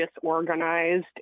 disorganized